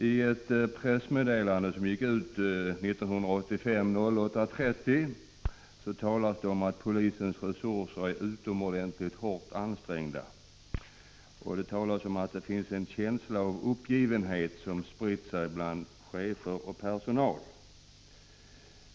I ett pressmeddelande, som gick ut den 30 augusti 1985, talas det om att polisens resurser är utomordentligt hårt ansträngda och att en känsla av uppgivenhet spritt sig bland chefer och personal.